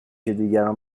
دیگران